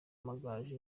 amagaju